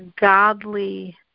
godly